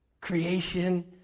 creation